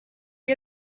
get